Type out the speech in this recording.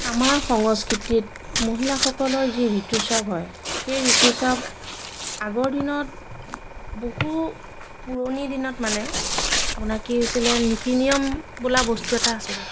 আমাৰ সংস্কৃতিত মহিলাসকলৰ যি ঋতুস্ৰাৱ হয় সেই ঋতুস্ৰাৱ আগৰ দিনত বহু পুৰণি দিনত মানে আপোনাৰ কি হৈছিলে নীতি নিয়ম বোলা বস্তু এটা আছিলে